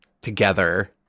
together